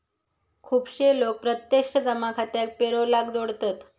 खुपशे लोक प्रत्यक्ष जमा खात्याक पेरोलाक जोडतत